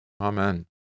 Amen